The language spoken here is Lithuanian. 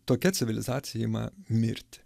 tokia civilizacija ima mirti